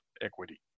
equity